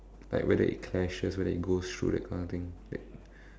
like whether it clashes whether it goes through that kind of thing that